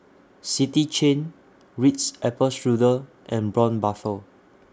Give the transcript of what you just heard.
City Chain Ritz Apple Strudel and Braun Buffel